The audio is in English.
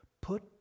put